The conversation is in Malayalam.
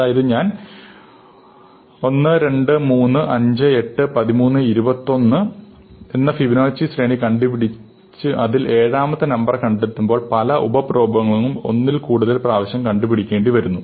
അതായത് ഞാൻ 1 2 3 5 8 13 21 എന്ന ഫിബൊനാച്ചി ശ്രേണി കണ്ടുപിടിച്ചു അതിൽ ഏഴാമത്തെ നമ്പർ കണ്ടെത്തുമ്പോൾ പല ഉപ പ്രോബ്ലങ്ങളും ഒന്നിൽകൂടുതൽ പ്രാവശ്യം കണ്ടുപിക്കപ്പെടേണ്ടി വരുന്നു